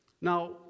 now